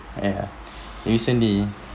ya recently